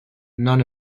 non